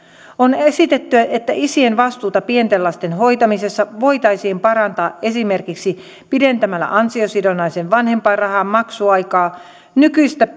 on esitetty että isien vastuuta pienten lasten hoitamisessa voitaisiin parantaa esimerkiksi pidentämällä ansiosidonnaisen vanhempainrahan maksuaikaa nykyistä